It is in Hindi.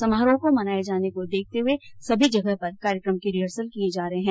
समारोह को मनाये जाने को देखते हुए सभी जगह पर कार्यक्रम के रिहर्सल किये जा रहे है